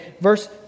verse